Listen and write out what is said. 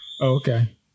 okay